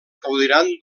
gaudiran